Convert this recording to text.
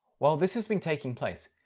while this has been taking place,